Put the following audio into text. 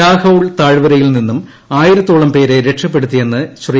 ലാഹൌൾ താഴ്വരയിൽ നിന്നും ആയിരത്തോളം പേരെ രക്ഷപ്പെടുത്തിയെന്ന് ശ്രീ